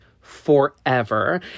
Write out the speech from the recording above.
forever